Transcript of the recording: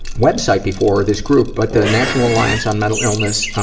website before or this group, but the national alliance on mental illness,